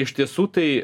iš tiesų tai